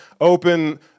open